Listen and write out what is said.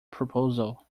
proposal